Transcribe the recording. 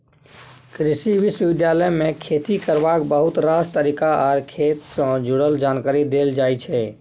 कृषि विश्वविद्यालय मे खेती करबाक बहुत रास तरीका आर खेत सँ जुरल जानकारी देल जाइ छै